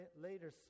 later